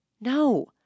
No